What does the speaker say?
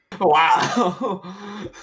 Wow